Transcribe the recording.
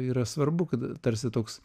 yra svarbu kad tarsi toks